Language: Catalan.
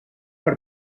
per